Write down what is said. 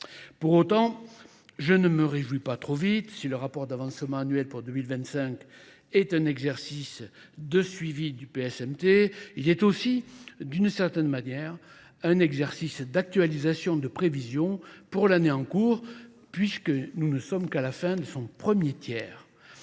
Pour autant, je ne me réjouis pas trop vite. Si le rapport d'avancement annuel pour 2025 est un exercice de suivi du PSMT, il est aussi, d'une certaine manière, un exercice d'actualisation de prévision pour l'année en cours, puisque nous ne sommes qu'à la fin de son premier tiers.